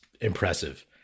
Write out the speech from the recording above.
impressive